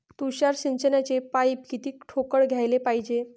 तुषार सिंचनाचे पाइप किती ठोकळ घ्याले पायजे?